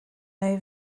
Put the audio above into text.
nai